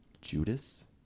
Judas